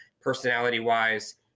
personality-wise